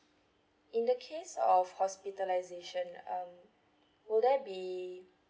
in the case of hospitalisation um will there be